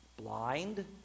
Blind